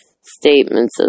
statements